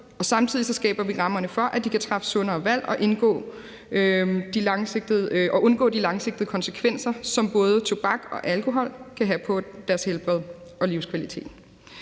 Samtidig skaber vi rammerne for, at de kan træffe sundere valg og undgå de langsigtede konsekvenser, som både tobak og alkohol kan have på deres helbred og livskvalitet.